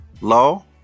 Law